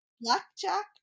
blackjack